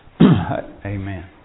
Amen